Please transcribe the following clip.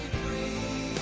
free